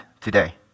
today